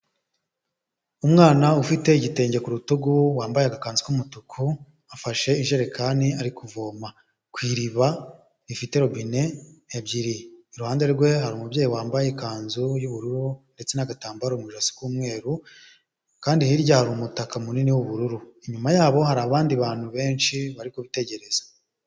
Umwana ufite igitenge ku rutugu wambaye agakanzu k'umutuku afashe ijerekani ari kuvoma ku iriba rifite robine ebyiri iruhande rwe hari umubyeyi wambaye ikanzu y'ubururu ndetse n'agatambaro mu ijosi k'umweru kandi hirya hari umutaka munini w'ubururu inyuma yabo hari abandi bantu benshi bari kubitegereza.